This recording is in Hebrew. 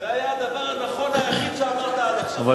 זה היה הדבר הנכון היחיד שאמרת עד עכשיו.